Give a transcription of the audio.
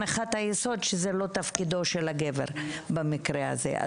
מתוך הנחת יסוד שזה לא תפקידו של הגבר במקרה הזה.